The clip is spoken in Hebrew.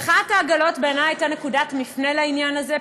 מחאת העגלות בעיני הייתה נקודת מפנה לעניין הזה,